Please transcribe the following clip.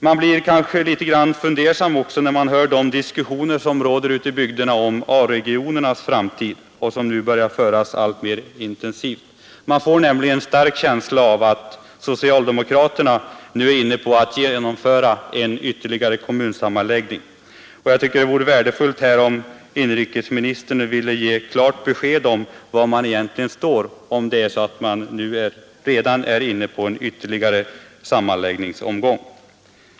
Man blir kanske också litet fundersam när man hör de diskussioner som förs ute i bygderna om A-regionernas framtid och som börjar bli alltmer intensiva. Man får nämligen en stark känsla av att socialdemokraterna nu är inställda på att genomföra en ny kommunsammanläggning. Det vore värdefullt om inrikesministern nu ville ge klart besked om huruvida man redan är inne i ytterligare en sammanläggningsomgång.